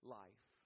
life